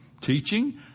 Teaching